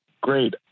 great